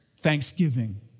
thanksgiving